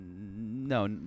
No